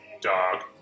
Dog